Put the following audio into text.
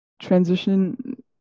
transition